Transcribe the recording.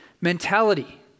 mentality